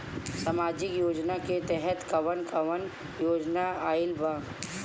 सामाजिक योजना के तहत कवन कवन योजना आइल बा?